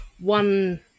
one